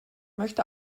möchte